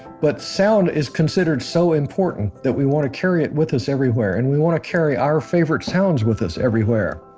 but sound is considered so important that we want to carry it with us everywhere and we want to carry our favorite sounds with us everywhere.